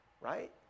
Right